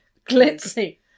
glitzy